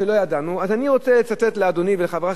אז אני רוצה לצטט לאדוני ולחברי חברי הכנסת,